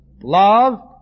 love